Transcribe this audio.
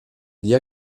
wir